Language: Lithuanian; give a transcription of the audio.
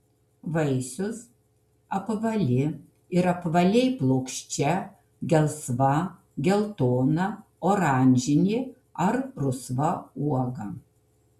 vaisius apvali ar apvaliai plokščia gelsva geltona oranžinė ar rusva uoga